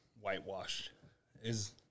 whitewashed—is